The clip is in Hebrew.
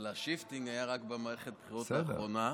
אבל ה-shifting היה רק במערכת הבחירות האחרונה,